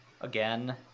again